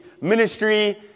ministry